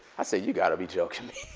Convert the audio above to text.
i said, you got to be joking me.